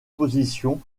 position